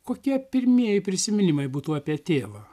kokie pirmieji prisiminimai būtų apie tėvą